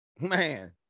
man